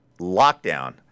lockdown